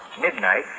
Midnight